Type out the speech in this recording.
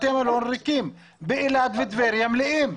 בתי המלון ריקים אבל באילת ובטבריה הם מלאים.